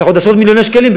צריך עוד עשרות מיליוני שקלים,